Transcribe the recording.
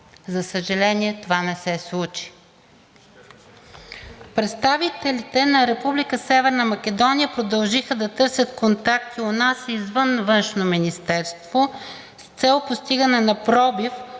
За съжаление, това не се случи. Представителите на Република Северна Македония продължиха да търсят контакти у нас извън Външно министерство с цел постигане на пробив